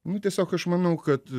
nu tiesiog aš manau kad